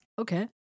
Okay